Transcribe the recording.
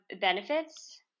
benefits